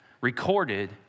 recorded